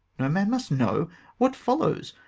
no man must know what follows?